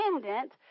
dependent